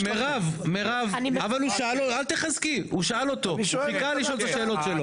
אז המפכ"ל במצב הלא פוליטי שואל את עצמו: